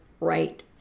right